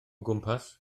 gwmpas